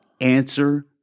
answer